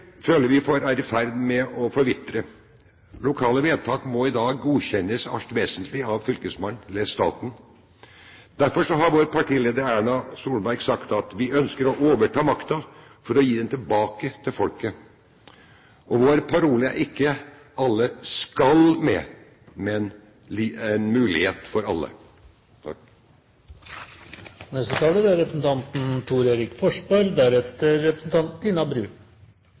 føler vi er i ferd med å forvitre. Lokale vedtak må i dag i det alt vesentlige godkjennes av fylkesmannen eller av staten. Derfor har vår partileder, Erna Solberg, sagt at vi ønsker å overta makten for å gi den tilbake til folket. Vår parole er ikke at alle skal med, men: en mulighet for alle.